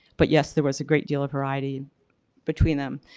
but, yes, there was a great deal of variety between them.